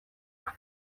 nka